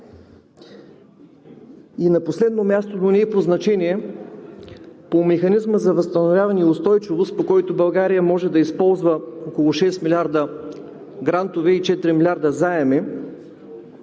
И на последно място, но не и по значение, по механизма за възстановяване и устойчивост, по който България може да използва около 6 милиарда грантове и 4 милиарда заеми,